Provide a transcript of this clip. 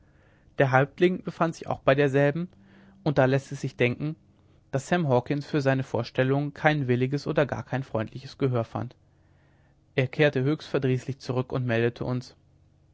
der häuptling befand sich auch bei derselben und da läßt es sich denken daß sam hawkens für seine vorstellungen kein williges oder gar freundliches gehör fand er kehrte höchst verdrießlich zurück und meldete uns